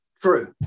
True